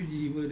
ya that's true